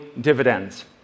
dividends